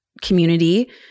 community